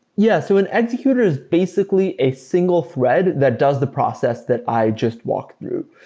yeah so an executer is basically a single thread that does the process that i just walked through.